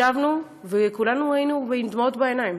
ישבנו, וכולנו היינו עם דמעות בעיניים,